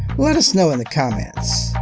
let us know in the comments.